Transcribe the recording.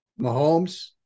Mahomes